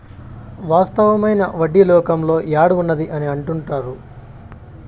వాస్తవమైన వడ్డీ లోకంలో యాడ్ ఉన్నది అని అంటుంటారు